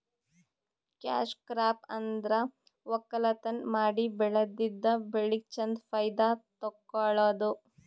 cash crop ಅಂದ್ರ ವಕ್ಕಲತನ್ ಮಾಡಿ ಬೆಳದಿದ್ದ್ ಬೆಳಿಗ್ ಚಂದ್ ಫೈದಾ ತಕ್ಕೊಳದು